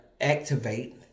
activate